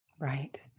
Right